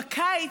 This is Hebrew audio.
בקיץ,